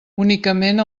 únicament